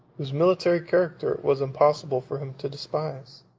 whose military character it was impossible for him to despise.